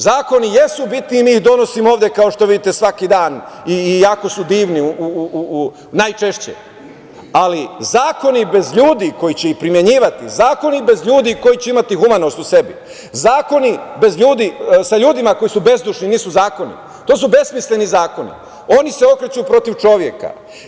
Zakoni jesu bitni i mi ih donosimo ovde kao što vidite svaki dan, i jako su divni najčešće, ali zakoni bez ljudi koji će ih primenjivati, zakoni bez ljudi koji će imati humanost o sebi, zakoni sa ljudima koji su bezdušni nisu zakoni, to su besmisleni zakoni, oni se okreću protiv čoveka.